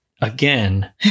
again